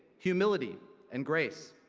humility and grace.